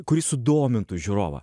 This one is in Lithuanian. kuri sudomintų žiūrovą